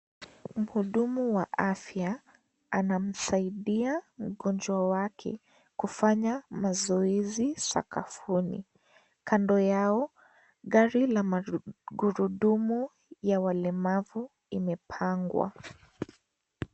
Mhudumu wa afya anamsaidia mgonjwa wake kufanya mazoezi sakafuni. Kando yao, gari la magurudumu ya walemavu imepangwa.